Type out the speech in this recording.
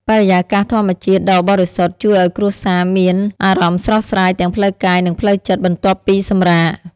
បរិយាកាសធម្មជាតិដ៏បរិសុទ្ធជួយឲ្យគ្រួសារមានអារម្មណ៍ស្រស់ស្រាយទាំងផ្លូវកាយនិងផ្លូវចិត្តបន្ទាប់ពីសម្រាក។